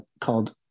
called